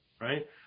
Right